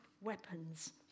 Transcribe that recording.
weapons